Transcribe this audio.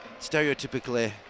stereotypically